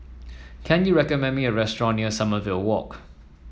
can you recommend me a restaurant near Sommerville Walk